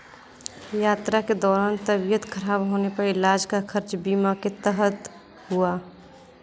यात्रा के दौरान तबियत खराब होने पर इलाज का खर्च बीमा के तहत हुआ